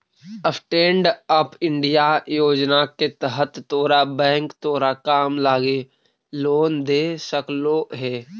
stand up India योजना के तहत तोरा बैंक तोर काम लागी लोन दे सकलो हे